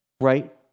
Right